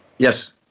Yes